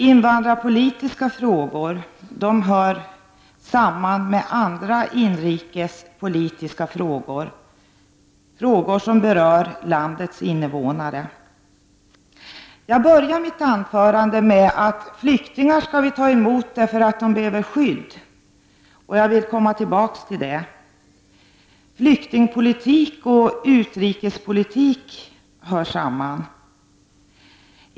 Invandrarpolitiska frågor hör samman med andra inrikespolitiska frågor som berör landets invånare. Jag började mitt anförande med att säga att flyktingar skall vi ta emot därför att de behöver skydd, och jag vill komma tillbaka till detta. Flyktingpolitik och utrikespolitik hör samman.